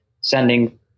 sending